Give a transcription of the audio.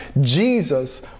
Jesus